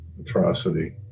atrocity